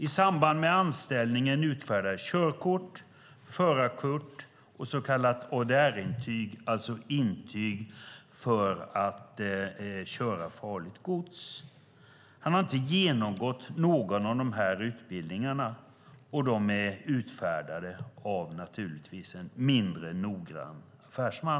I samband med anställningen utfärdades körkort, förarkort och så kallat ADR-intyg för att få köra farligt gods. Han har inte genomgått någon av dessa utbildningar, och dessa handlingar är naturligtvis utfärdade av en mindre noggrann affärsman.